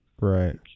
right